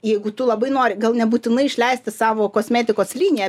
jeigu tu labai nori gal nebūtinai išleisti savo kosmetikos liniją